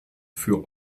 für